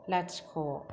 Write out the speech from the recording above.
लाथिख'